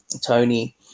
Tony